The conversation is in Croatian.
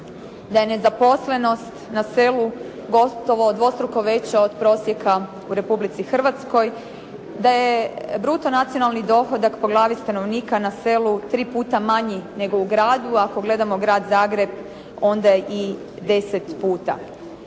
da je nezaposlenost na selu gotovo dvostruko veća od prosjeka u Republici Hrvatskoj, da je bruto nacionalni dohodak po glavi stanovnika na selu 3 puta manji nego u gradu, ako gledamo grad Zagreb, onda i 10 puta.